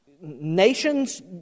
Nations